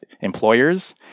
employers